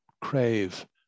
crave